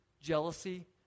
jealousy